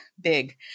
big